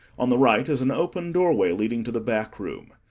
on the right is an open doorway leading to the back room.